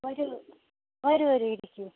വരൂ വരു വരു ഇരിക്കൂ